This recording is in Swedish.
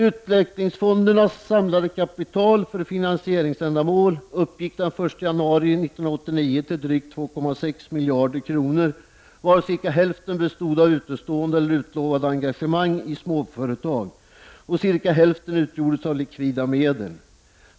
Utvecklingsfondernas samlade kapital för finansieringsändamål uppgick den 1 januari 1989 till drygt 2,6 miljarder kronor, varav cirka hälften bestod av utestående eller utlovade engagemang i småföretag och cirka hälften utgjordes av likvida medel.